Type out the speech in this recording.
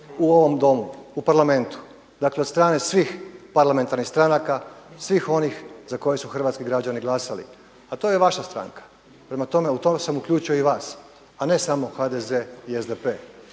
u ovom domu u parlamentu. Dakle, od strane svih parlamentarnih stranaka, svih oni za koje su hrvatski građani glasali, a to je i vaša stranka. Prema tome u to sam uključio i vas, a ne samo HDZ-e i SDP-e.